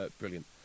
brilliant